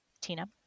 Tina